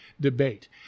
debate